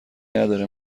نداره